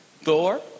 Thor